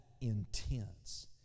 intense